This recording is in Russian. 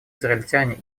израильтяне